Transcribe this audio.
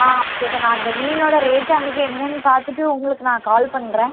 ஆ okay sir நான் அந்த மீனோடய ரேட்டு அன்னைக்கு என்னென்னு பார்த்துட்டு உங்களுக்கு நான் கால் பண்ணுறேன்